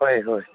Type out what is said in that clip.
ꯍꯣꯏ ꯍꯣꯏ